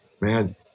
man